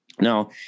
Now